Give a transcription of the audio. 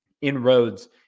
inroads